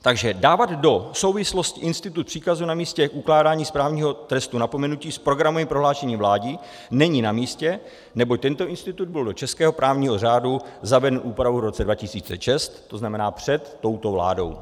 Takže dávat do souvislosti institut příkazu na místě, ukládání správního trestu napomenutí, s programovým prohlášením vlády není namístě, neboť tento institut byl do českého právního řádu zaveden úpravou v roce 2006, tzn. před touto vládou.